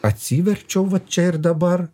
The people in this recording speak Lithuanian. atsiverčiau vat čia ir dabar